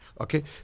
Okay